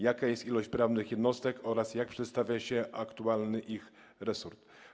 Jaka jest ilość sprawnych jednostek oraz jak przedstawia się aktualność ich resursów?